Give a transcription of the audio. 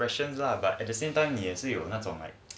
expression lah but at the same time 也是有那种